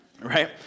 right